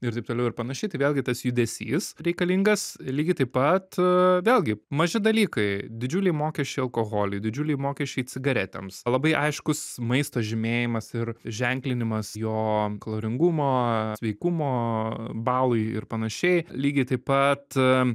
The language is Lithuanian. ir taip toliau ir panašiai tai vėlgi tas judesys reikalingas lygiai taip pat vėlgi maži dalykai didžiuliai mokesčiai alkoholiui didžiuliai mokesčiai cigaretėms labai aiškus maisto žymėjimas ir ženklinimas jo kaloringumo sveikumo balai ir panašiai lygiai taip pat